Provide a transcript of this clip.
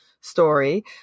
story